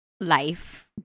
life